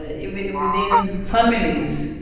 ah even within families,